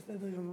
בסדר גמור.